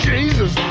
Jesus